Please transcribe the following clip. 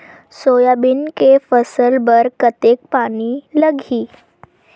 Soybean के फसल बर कतेक कन पानी लगही?